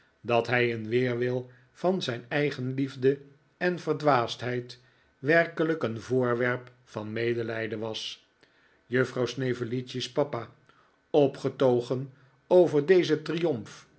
dat hij in weerwil van zijn eigenliefde en verdwaasdheid werkelijk een voorwerp van medelijden was juffrouw snevellicci's papa opgetogen over dezen triomf